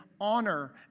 honor